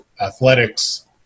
athletics